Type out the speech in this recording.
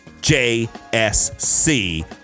JSC